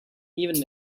even